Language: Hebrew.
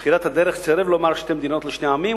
בתחילת הדרך הוא סירב לומר "שתי מדינות לשני עמים",